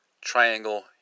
Triangle